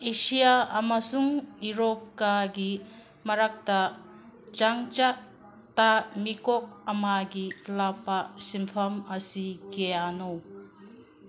Asia ꯑꯃꯁꯨꯡ ꯌꯨꯔꯣꯞꯀꯒꯤ ꯃꯔꯛꯇ ꯆꯪꯆꯠꯇ ꯃꯤꯀꯣꯛ ꯑꯃꯒꯤ ꯂꯥꯛꯄ ꯁꯦꯟꯐꯝ ꯑꯁꯤ ꯀꯌꯥꯅꯣ